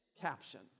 caption